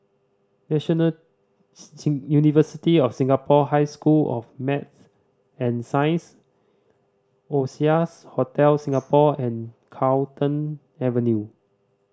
National University of Singapore High School of Math and Science Oasias Hotel Singapore and Carlton Avenue